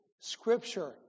scripture